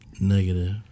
Negative